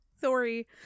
Sorry